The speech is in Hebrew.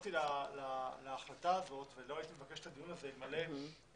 נחשפתי להחלטה הזאת ולא הייתי מבקש את הדיון הזה אלמלא נכנסתי